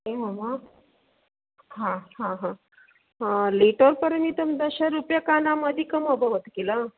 एवं वा हा हा हा हा लिटर् परिमितं दशरूप्यकानाम् अदिकं अभवत् खिल